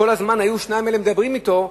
כל הזמן היו שני אלה מדברים אתו,